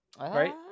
Right